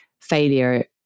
failure